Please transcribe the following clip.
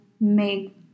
make